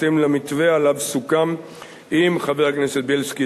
בהתאם למתווה שסוכם עם חבר הכנסת בילסקי,